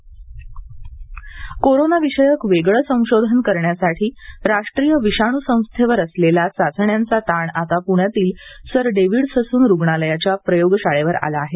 Sassoon रुग्णालय कोरोनाविषयक वेगळे संशोधन करण्यासाठी राष्ट्रीय विषाण संस्थेवर असलेला चाचण्यांचा ताण आता पण्यातील सर डेविड ससून रुग्णालयाच्या प्रयोगशाळेवर आला आहे